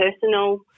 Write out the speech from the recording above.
personal